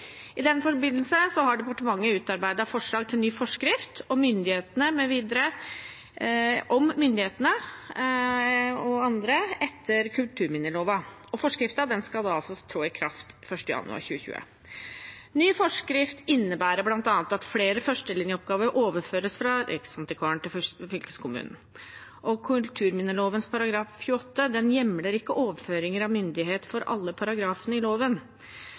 I den forbindelse har departementet utarbeidet forslag til ny forskrift om myndighet mv. etter kulturminneloven. Forskriften skal altså tre i kraft 1. januar 2020. Ny forskrift innebærer bl.a. at flere førstelinjeoppgaver overføres fra Riksantikvaren til fylkeskommunene. Kulturminneloven § 28 hjemler ikke overføringer av myndighet for alle paragrafene i loven,